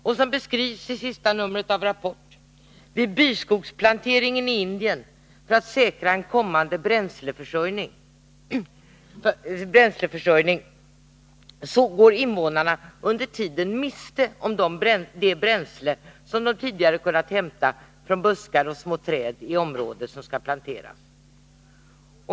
Och i sista numret av Rapport beskrivs hur invånarna, vid en byskogsplantering i Indien för att säkra kommande bränsleförsörjning, under tiden går miste om det bränsle som de tidigare kunnat hämta från buskar och små träd i området som skall planteras.